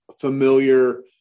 familiar